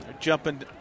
jumping